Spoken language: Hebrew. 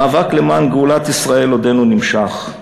המאבק למען גאולת ישראל עודנו נמשך.